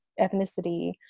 ethnicity